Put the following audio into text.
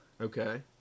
Okay